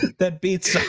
that beats,